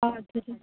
ಹೌದು ರೀ